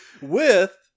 With-